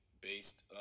based